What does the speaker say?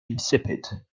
insipid